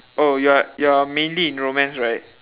oh you're you're mainly in romance right